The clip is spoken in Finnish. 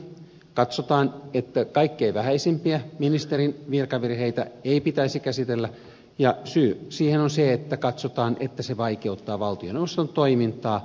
katsotaan että kaikkein vähäisimpiä ministerin virkavirheitä ei pitäisi käsitellä ja syy siihen on se että katsotaan että se vaikeuttaa valtioneuvoston toimintaa